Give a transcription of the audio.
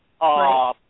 Right